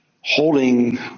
holding